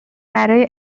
برای